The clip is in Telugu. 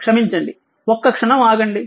క్షమించండి ఒక క్షణం ఆగండి